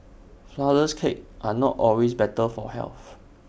Flourless Cakes are not always better for health